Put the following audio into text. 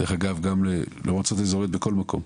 דרך אגב למועצות האזוריות בכל מקום,